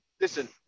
listen